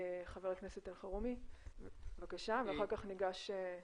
ח"כ אלחרומי ואחר כך נמשיך.